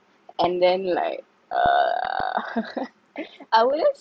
and then like uh I wouldn't